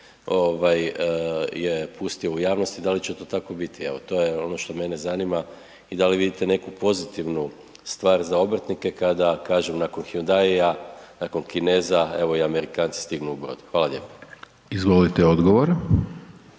je pustio u javnosti. Da li će to tako biti, evo to je ono što mene zanima? I da li vidite neku pozitivnu stvar za obrtnike kada kažem da nakon Hyundaia nakon Kineza evo i Amerikanci stignu u Brod? Hvala lijepa. **Hajdaš